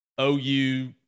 OU